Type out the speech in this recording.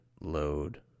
load